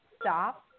stop